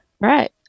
right